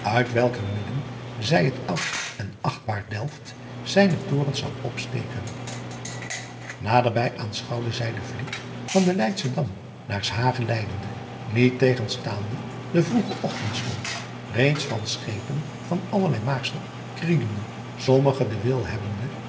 uit welker midden zij het oud en achtbaar elft zijne torens zag opsteken aderbij aanschouwde zij de liet van den eydschen am naar s age leidende niet tegenstaande den vroegen ochtendstond reeds van schepen van allerlei maaksel krielende sommige den wil hebbende